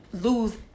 lose